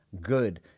good